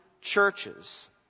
churches